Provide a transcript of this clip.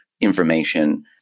information